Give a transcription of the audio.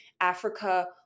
Africa